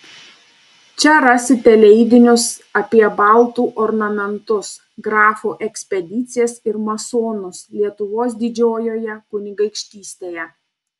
čia rasite leidinius apie baltų ornamentus grafų ekspedicijas ir masonus lietuvos didžiojoje kunigaikštystėje